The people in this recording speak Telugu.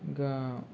ఇంకా